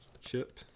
chip